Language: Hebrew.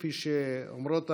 כפי שאומרות ההנחיות,